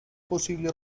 posible